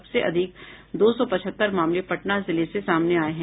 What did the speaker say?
सबसे अधिक दो सौ पचहत्तर मामले पटना जिले से सामने आये हैं